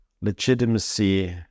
legitimacy